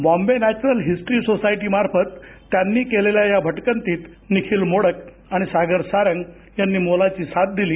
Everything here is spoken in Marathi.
बॉम्बे नॅचरल हिस्ट्री सोसायटी मार्फत त्यांनी केलेल्या या भटकंतीत निखिल मोडक आणि सागर सारंग यांनी मोलाची साथ दिली